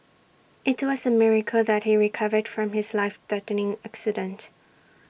IT was A miracle that he recovered from his life threatening accident